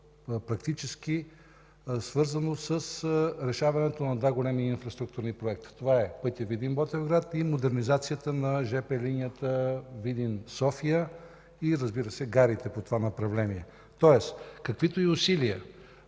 практически е свързано с решаването на два големи инфраструктурни проекта. Това е пътят Видин – Ботевград и модернизацията на жп линията Видин – София и, разбира се, гарите по това направление. Тоест каквито и усилия